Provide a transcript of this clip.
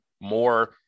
more